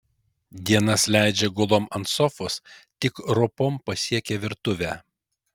dienas leidžia gulom ant sofos tik ropom pasiekia virtuvę